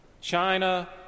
China